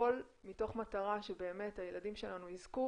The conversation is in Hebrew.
הכל מתוך מטרה שבאמת הילדים שלנו יזכו